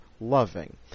loving